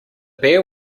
beer